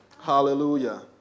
Hallelujah